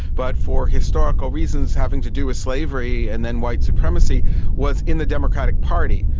but for historical reasons having to do with slavery and then white supremacy was in the democratic party.